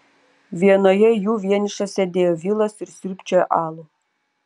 vienoje jų vienišas sėdėjo vilas ir sriubčiojo alų